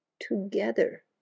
together